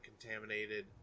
contaminated